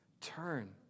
turn